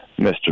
Mr